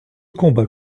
combat